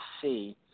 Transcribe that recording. see